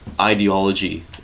ideology